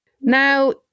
Now